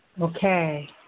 Okay